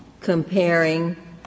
comparing